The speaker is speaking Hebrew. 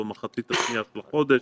במחצית השנייה של החודש.